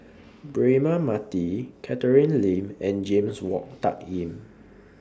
Braema Mathi Catherine Lim and James Wong Tuck Yim